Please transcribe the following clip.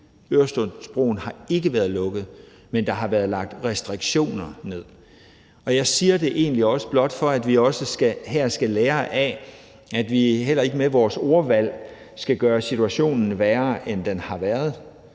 Øresundsbroen har ikke været lukket, men der har været lagt restriktioner ned. Jeg siger det egentlig blot for, at vi også her skal lære af, at vi heller ikke med vores ordvalg skal gøre situationen værre, end den har været.